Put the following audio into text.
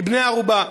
כבני-ערובה.